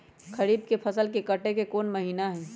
खरीफ के फसल के कटे के कोंन महिना हई?